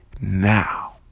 now